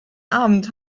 abend